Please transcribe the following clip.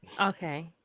Okay